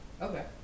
Okay